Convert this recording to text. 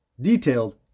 detailed